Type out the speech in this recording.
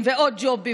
אל תפחדו.